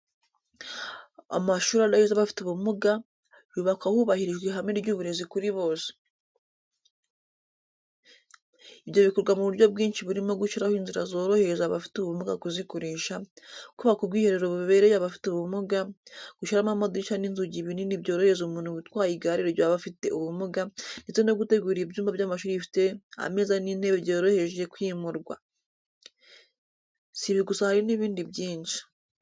Amashuri adaheza abafite ubumuga, yubakwa hubahirijwe ihame ry’uburezi kuri bose. Ibyo bikorwa mu buryo bwinshi burimo gushyiraho inzira zorohereza abafite ubumuga kuzikoresha, kubaka ubwiherero bubereye abafite ubumuga, gushyiramo amadirishya n’inzugi binini byorohereza umuntu utwaye igare ry’abafite ubumuga, ndetse no gutegura ibyumba by’amashuri bifite ameza n’intebe byoroheje kwimurwa. Si ibi gusa hari n’ibindi byinshi.